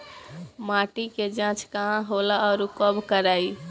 माटी क जांच कहाँ होला अउर कब कराई?